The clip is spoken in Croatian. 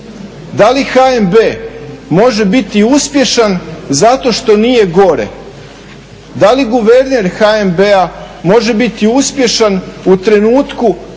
Da li HNB može biti uspješan zato što nije gore? Da li guverner HNB-a može biti uspješan u trenutku